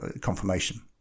confirmation